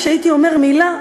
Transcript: כשהייתי אומר מילה,